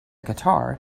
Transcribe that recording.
guitar